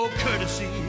Courtesy